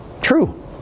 True